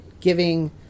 giving